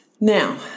Now